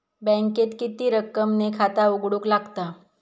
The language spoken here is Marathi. बँकेत किती रक्कम ने खाता उघडूक लागता?